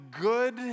good